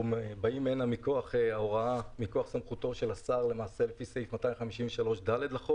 אנחנו באים מכוח סמכותו של השר לפי סעיף 253(ד) לחוק.